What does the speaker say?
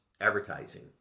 advertising